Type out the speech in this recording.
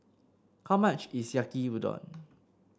how much is Yaki Udon